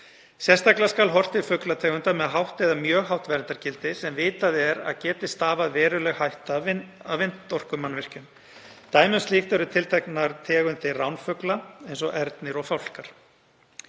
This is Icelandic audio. Sérstaklega skal horft til fuglategunda með hátt eða mjög hátt verndargildi sem vitað er að geti stafað veruleg hætta af vindorkumannvirkjum. Dæmi um slíkt eru tilteknar tegundir ránfugla eins og ernir og fálkar.